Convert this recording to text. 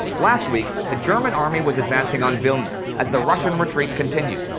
last week the german army was advancing on vilna, as the russian retreat continued.